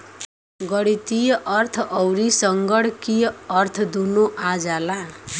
गणीतीय अर्थ अउर संगणकीय अर्थ दुन्नो आ जाला